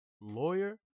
Lawyer